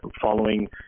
following